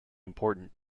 important